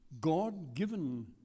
God-given